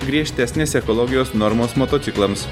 griežtesnės ekologijos normos motociklams